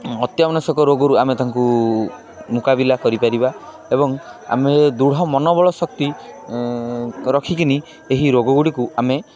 ଅତ୍ୟାବଶ୍ୟକ ରୋଗରୁ ଆମେ ତାଙ୍କୁ ମୁକାବିଲା କରିପାରିବା ଏବଂ ଆମେ ଦୃଢ଼ ମନବଳ ଶକ୍ତି ରଖିକିନି ଏହି ରୋଗ ଗୁଡ଼ିକୁ ଆମେ